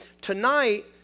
tonight